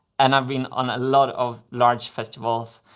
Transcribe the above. and i've been on a lot of large festivals,